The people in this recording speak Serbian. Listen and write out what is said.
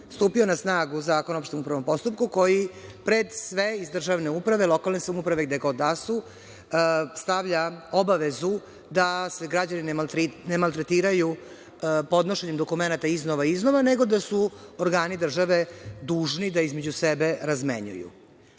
stupio na snagu Zakon o opštem upravnom postupku koji pred sve iz državne uprave, lokalne samouprave, gde god da su, stavlja obavezu da se građani ne maltretiraju podnošenjem dokumenata iznova, iznova, nego da su organi države dužni da između sebe razmenjuju. Vraćam